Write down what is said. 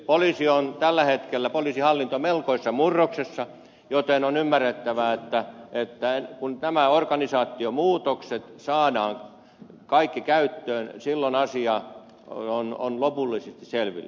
poliisihallinto on tällä hetkellä melkoisessa murroksessa joten on ymmärrettävää että kun nämä organisaatiomuutokset saadaan kaikki käyttöön silloin asia on lopullisesti selvillä